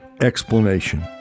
explanation